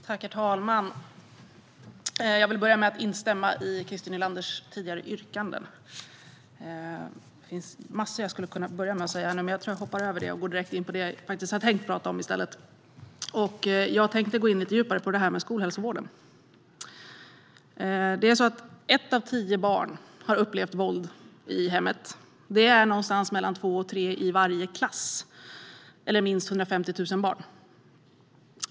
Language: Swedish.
Herr talman! Jag vill börja med att instämma i Christer Nylanders tidigare yrkanden. Det finns massor jag skulle kunna börja med att säga, men jag tror att jag hoppar över det och går direkt in på det jag faktiskt har tänkt tala om. Jag tänker gå in lite djupare på här med skolhälsovården. Ett av tio barn har upplevt våld i hemmet. Det är någonstans mellan två och tre i varje klass eller minst 150 000 barn.